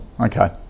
Okay